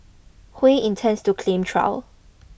Hui intends to claim trial